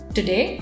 Today